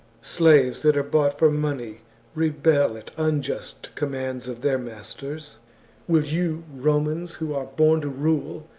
slaves that are bought for money rebel at unjust com mands of their masters will you, romans, who are born to rule,